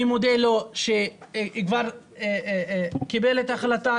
אני מודה לו שקיבל את ההחלטה,